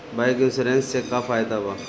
Bike insurance से का फायदा बा?